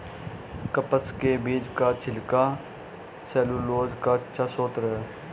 कपास के बीज का छिलका सैलूलोज का अच्छा स्रोत है